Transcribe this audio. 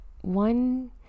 one